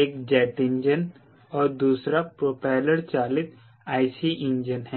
एक jet engine है दूसरा प्रोपेलर चालित IC इंजन है